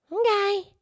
Okay